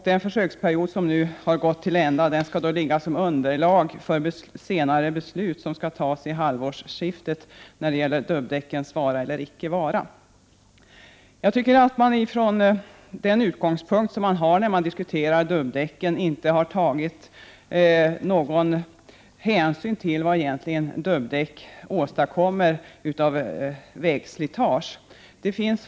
Denna försöksperiod, som nu har gått till ända, skall utgöra underlag för beslut som skall fattas vid halvårsskiftet om dubbdäckens vara eller icke vara. I diskussionen om dubbdäcken har det inte tagits någon hänsyn till vad dubbdäck egentligen åstadkommer i fråga om vägslitage.